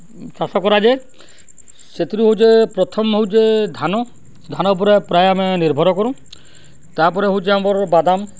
ଚାଷ କରାଯାଏ ସେଥିରୁ ହଉଚେ ପ୍ରଥମ୍ ହଉଚେ ଧାନ ଧାନ ଉପରେ ପ୍ରାୟ ଆମେ ନିର୍ଭର କରୁ ତା'ପରେ ହଉଚେ ଆମର୍ ବାଦାମ୍